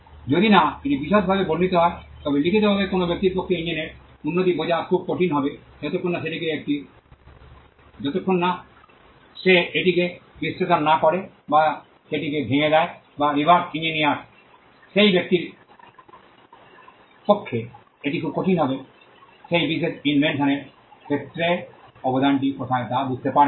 যদি না এটি বিশদভাবে বর্ণিত হয় তবে লিখিতভাবে কোনও ব্যক্তির পক্ষে ইঞ্জিনের উন্নতি বোঝা খুব কঠিন হবে যতক্ষণ না সে এটিকে বিশ্লেষণ না করে বা সেটিকে ভেঙে দেয় বা রিভার্স ইঞ্জিনিয়ার্স সেই ব্যক্তির পক্ষে এটি খুব কঠিন হবে সেই বিশেষ ইনভেনশন এর ক্ষেত্রে অবদানটি কোথায় তা বুঝতে পারেন